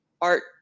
art